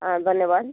ହଁ ଧନ୍ୟବାଦ